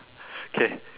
K